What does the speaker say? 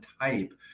type